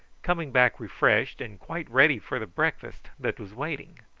coming back refreshed, and quite ready for the breakfast that was waiting.